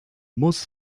muss